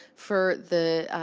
for the,